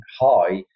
high